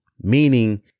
Meaning